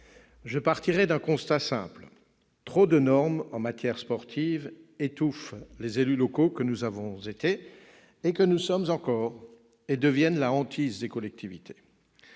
je partirai d'un constat simple : trop de normes en matière sportive étouffent les élus locaux que nous avons été et que nous sommes encore, et deviennent la hantise des collectivités.